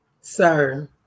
Sir